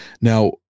Now